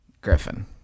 Griffin